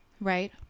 Right